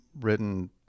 written